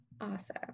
Awesome